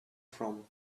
from